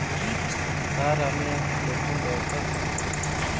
Sir আমি একটি নতুন ব্যবসা শুরু করেছি?